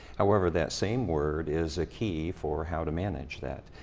however, that same word is a key for how to manage that.